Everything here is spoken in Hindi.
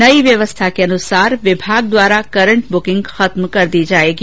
नई व्यवस्था के अनुसार विभाग द्वारा करंट ब्रेकिंग खत्म कर दी जाएगी